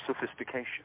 sophistication